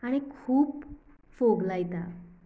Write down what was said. आनीक खूब फोग लायतां